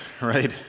right